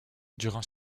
durant